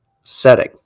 setting